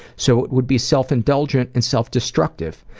so it would be self-indulgent and self-destructive.